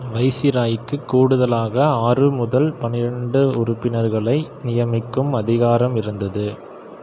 வைசிராய்க்கு கூடுதலாக ஆறு முதல் பன்னிரண்டு உறுப்பினர்களை நியமிக்கும் அதிகாரம் இருந்தது